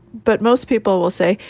but most people will say,